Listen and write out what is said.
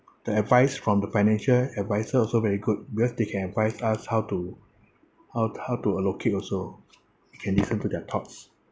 the advice from the financial advisor also very good because they can advise us how to how t~ how to allocate also you can listen to their thoughts